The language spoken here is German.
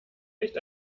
nicht